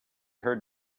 heard